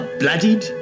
bloodied